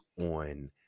on